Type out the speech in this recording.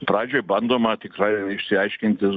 pradžioj bandoma tikrai išsiaiškinti